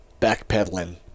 backpedaling